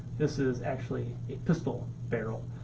this is actually a pistol barrel.